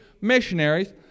missionaries